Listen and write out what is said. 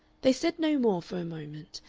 they said no more for a moment,